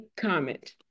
comment